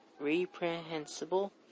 reprehensible